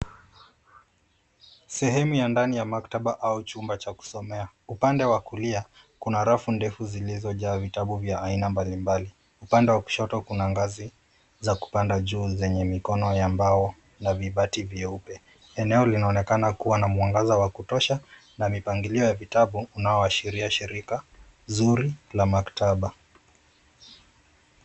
Sehemu ya ndani ya maktaba au chumba cha kusomea , upande wa kulia kuna rafu ndefu zilizojaa vitabu vya aina mbalimbali, upande wa kushoto kuna ngazi za kupanda juu zenye mikono ya mbao na vibati vyeupe , eneo linaonekana kuwa na mwangaza wa kutosha na mipangilio ya vitabu unaoashiria shirika zuri la maktaba.